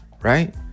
Right